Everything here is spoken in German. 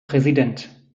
präsident